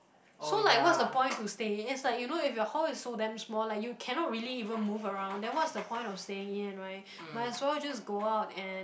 so like what's the point to stay is like you know if your hall is so damn small like you cannot really even move around then what's the point of staying in right might as well just go out and